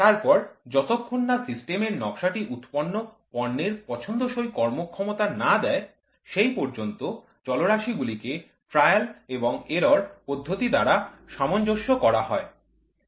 তারপর যতক্ষণ না সিস্টেমের নকশাটি উৎপন্ন পণ্যের পছন্দসই কর্মক্ষমতা না দেয় সেই পর্যন্ত চলরাশি গুলিকে ট্রায়াল এবং এরর পদ্ধতি দ্বারা সামঞ্জস্য করা হয়